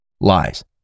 lies